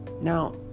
Now